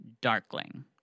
Darkling